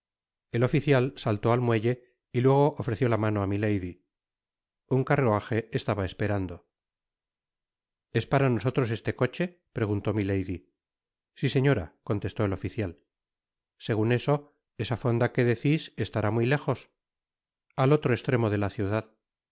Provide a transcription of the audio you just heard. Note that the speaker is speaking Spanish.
el oficial saltó al muelte y luego ofreció la mano á milady un carruaje estaba esperando es para nosotros esle coche preguntó milady si señora contestó el oficial segun eso esa fonda que decis estará muy lejos al otro estremo de la ciudad